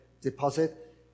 deposit